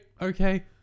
Okay